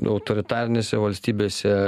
autoritarinėse valstybėse